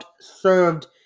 served